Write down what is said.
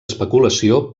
especulació